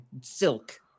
Silk